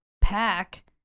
pack